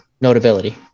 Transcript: notability